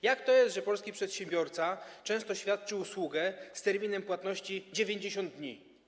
Jak to jest, że polski przedsiębiorca często świadczy usługę z terminem płatności 90 dni?